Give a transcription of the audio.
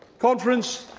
conference.